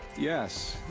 yes.